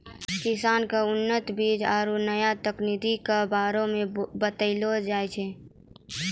किसान क उन्नत बीज आरु नया तकनीक कॅ बारे मे बतैलो जाय छै